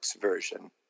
version